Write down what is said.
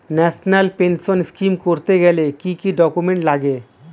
National pension scheme করতে গেলে কি কি ডকুমেন্ট লাগে?